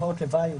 ותופעות הלוואי?